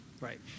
Right